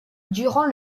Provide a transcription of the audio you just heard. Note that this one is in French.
durant